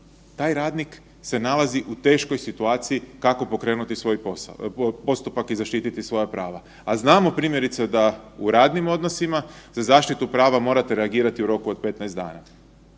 taj radnik se nalazi u teškoj situaciji kako pokrenuti svoj posao, postupak i zaštititi svoja prava. A znamo primjerice da u radnim odnosima za zaštitu prava morate reagirati u roku 15 dana.